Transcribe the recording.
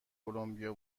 کلمبیا